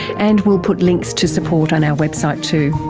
and we'll put links to support on our website too.